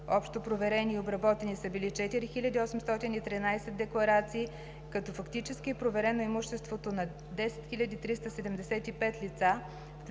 Общо проверени и обработени са били 4813 декларации, като фактически е проверено имуществото на 10 375 лица,